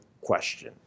question